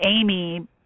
Amy